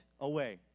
away